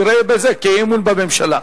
יראה בזה אי-אמון בממשלה.